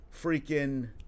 freaking